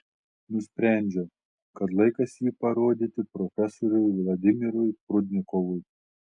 nusprendžiau kad laikas jį parodyti profesoriui vladimirui prudnikovui